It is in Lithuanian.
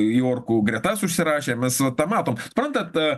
į orkų gretas užsirašė mes va tą matom suprantat a